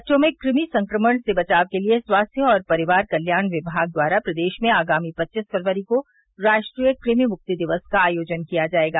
बच्चों में कृमि संक्रमण से बचाव के लिये स्वास्थ्य और परिवार कल्याण विभाग द्वारा प्रदेश में आगामी पच्चीस फरवरी को राष्ट्रीय कृमि मुक्ति दिवस का आयोजन किया जायेगा